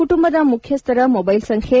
ಕುಟುಂಬದ ಮುಖ್ಯಸ್ವರ ಮೊಬ್ಲೆಲ್ ಸಂಖ್ಲೆ